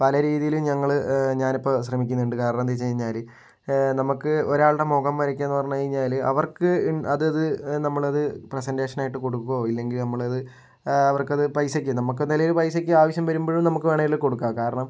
പല രീതിയിലും ഞങ്ങൾ ഞാനിപ്പോൾ ശ്രമിക്കുന്നുണ്ട് കാരണം എന്താണെന്ന് വെച്ച് കഴിഞ്ഞാൽ നമുക്ക് ഒരാളുടെ മുഖം വരക്കുക എന്ന് പറഞ്ഞ് കഴിഞ്ഞാൽ അവർക്ക് അതായത് നമ്മളത് പ്രസൻ്റേഷൻ ആയിട്ട് കൊടുക്കുകയോ ഇല്ലെങ്കിൽ നമ്മളത് അവർക്ക് അത് പൈസക്ക് നമുക്കെന്തായാലും ഒരു പൈസക്ക് ആവശ്യം വരുമ്പോഴും നമുക്ക് വേണമെങ്കിൽ കൊടുക്കാം കാരണം